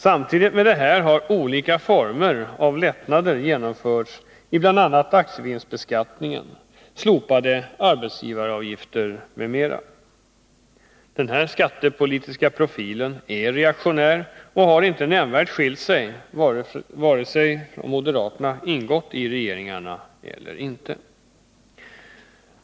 Samtidigt har olika former av lättnader genomförts i bl.a. aktievinstbeskattningen, slopade arbetsgivaravgifter m.m. Denna skattepolitiska profil är reaktionär och har inte nämnvärt ändrat sig vare sig moderaterna har ingått i regeringarna eller inte.